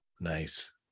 Nice